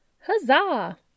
Huzzah